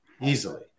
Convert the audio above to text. easily